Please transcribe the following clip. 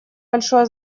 большое